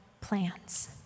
plans